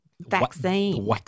vaccine